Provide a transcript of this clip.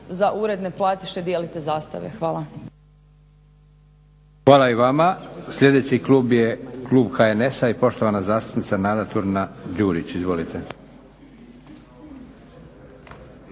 za uredne platiše dijelite zastave. Hvala. **Leko, Josip (SDP)** Hvala i vama. Sljedeći klub je klub HNS-a i poštovana zastupnica Nada Turina-Đurić. Izvolite.